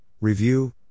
Review